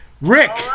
Rick